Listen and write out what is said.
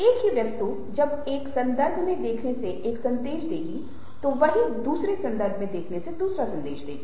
एक ही वस्तु जब एक संदर्भ में देखने से एक सन्देश देगी तो वहीँ दूसरे सन्दर्भ में देखने से दूसरा सन्देश देगी